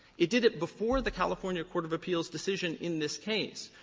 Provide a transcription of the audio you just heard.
it did it before the california court of appeals' decision in this case.